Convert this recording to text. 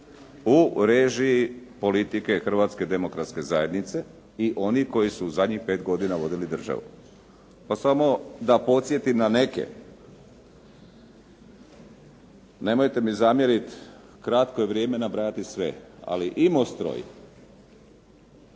u režiji politike Hrvatske demokratske zajednice i onih koji su zadnjih pet godina vodili državu. Pa samo da podsjetim na neke. Nemojte mi zamjerit, kratko je vrijeme, nabrajati sve. Ali Imostroj,